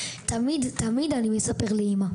ואני תמיד תמיד מספר לאימא.